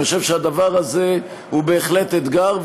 אני חושב שהדבר הזה הוא בהחלט אתגר,